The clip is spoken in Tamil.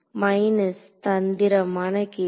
மைனஸ் தந்திரமான கேள்வி